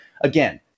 again